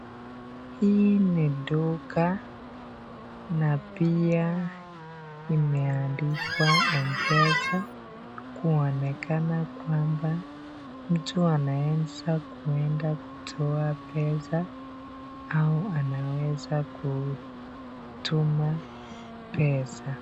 Hii ni duka na pia imeandikwa mpesa kuonekana kwamba mtu anaweza kuenda kutoa pesa au anaweza kutuma pesa.